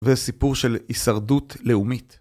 וסיפור של הישרדות לאומית